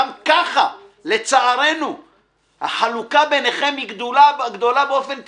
גם כך לצערנו החלוקה ביניכם גדולה באופן טבעי: